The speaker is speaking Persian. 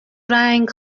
رنگ